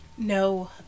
No